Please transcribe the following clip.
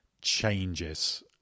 changes